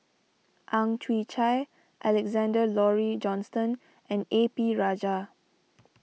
Ang Chwee Chai Alexander Laurie Johnston and A P Rajah